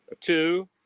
two